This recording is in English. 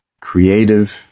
creative